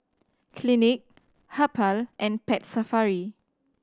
Clinique Habhal and Pet Safari